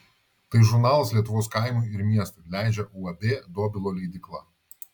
tai žurnalas lietuvos kaimui ir miestui leidžia uab dobilo leidykla